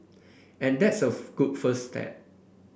and that's a good first step